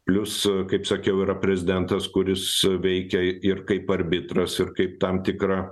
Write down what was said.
plius kaip sakiau yra prezidentas kuris veikia ir kaip arbitras ir kaip tam tikra